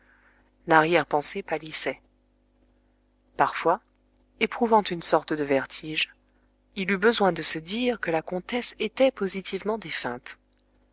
l'arrière-pensée pâlissait parfois éprouvant une sorte de vertige il eut besoin de se dire que la comtesse était positivement